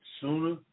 Sooner